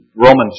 Romans